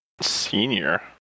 Senior